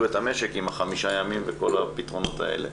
את המשק במשך חמישה ימים וכל הפתרונות האלה.